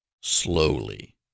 slowly